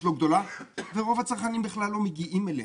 לא גדולה ורוב הצרכנים בכלל לא מגיעים אליה.